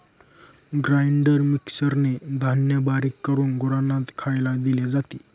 grinder मिक्सरने धान्य बारीक करून गुरांना खायला दिले जाते